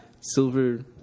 silver